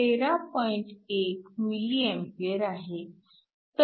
1 mA आहे